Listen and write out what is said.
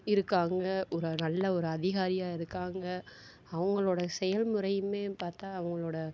இருக்காங்க ஒரு நல்ல ஒரு அதிகாரியாக இருக்காங்க அவங்களோட செயல்முறையுமே பார்த்தா அவங்களோட